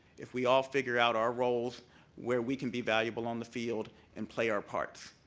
if we all figure out our roles where we can be valuable on the field and play our parts.